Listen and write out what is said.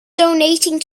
donating